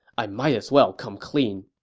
i might as well come clean.